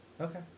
Okay